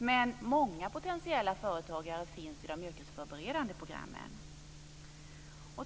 Men många potentiella företagare finns i de yrkesförberedande programmen.